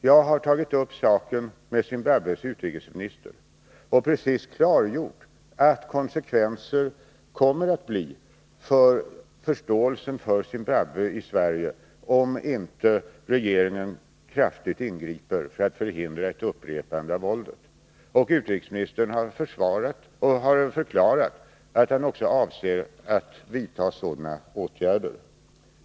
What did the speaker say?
Jag har tagit upp saken med Zimbabwes utrikesminister och precis klargjort vilka konsekvenserna kommer att bli för förståelsen för Zimbabwe i Sverige, om inte regeringen kraftigt ingriper för att förhindra ett upprepande av våldet. Zimbabwes utrikesminister har förklarat att han avser att vidta åtgärder.